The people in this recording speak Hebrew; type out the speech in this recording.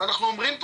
אנחנו בעצם בדיון,